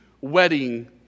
wedding